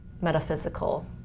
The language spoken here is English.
metaphysical